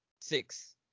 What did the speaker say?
six